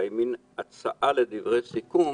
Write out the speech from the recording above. עם הצעה לדברי סיכום